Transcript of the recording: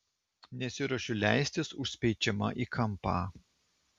nesiruošiu leistis užspeičiama į kampą